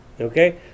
Okay